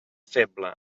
feble